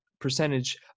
percentage